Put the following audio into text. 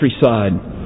countryside